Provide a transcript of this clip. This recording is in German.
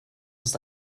ist